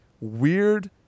weird